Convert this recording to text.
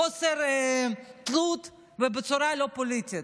בחוסר תלות ובצורה לא פוליטית.